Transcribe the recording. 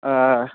ꯑꯥ